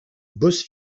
boss